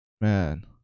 man